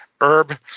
Herb